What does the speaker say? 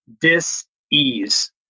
dis-ease